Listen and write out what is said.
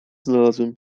znalazłem